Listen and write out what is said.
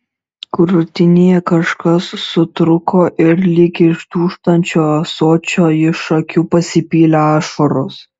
krūtinėje kažkas sutrūko ir lyg iš dūžtančio ąsočio iš akių pasipylė ašaros